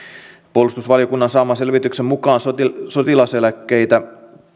puolustusvaliokunnan saaman selvityksen mukaan sotilaseläkkeitä